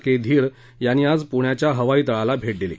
के धीर यांनी आज पुण्याच्या हवाईतळाला भेट दिली